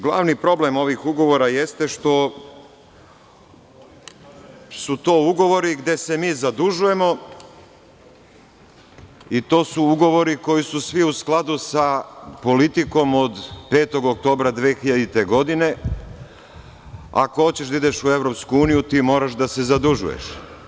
Glavni problem ovih ugovora jeste što su to ugovori gde se mi zadužujemo i to su ugovori koji su svi u skladu sa politikom od 5. oktobra 2000. godine – ako hoćeš da ideš u EU, ti moraš da se zadužuješ.